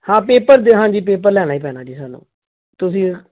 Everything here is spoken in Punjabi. ਹਾਂ ਪੇਪਰ ਦੇ ਹਾਂਜੀ ਪੇਪਰ ਲੈਣਾ ਹੀ ਪੈਣਾ ਜੀ ਸਾਨੂੰ ਤੁਸੀਂ